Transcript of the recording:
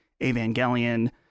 Evangelion